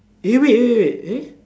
eh wait wait wait eh